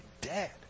dead